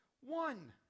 one